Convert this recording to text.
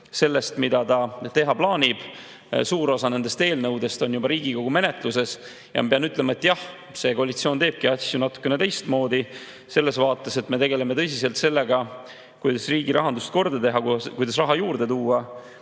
sellest, mida ta teha plaanib. Suur osa nendest eelnõudest on juba Riigikogu menetluses. Ma pean ütlema, et jah, see koalitsioon teebki asju natuke teistmoodi selles vaates, et me tegeleme tõsiselt sellega, kuidas riigi rahandust korda teha, kuidas raha juurde tuua.